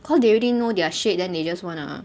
cause they already know their shade then they just wanna